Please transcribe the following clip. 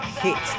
hit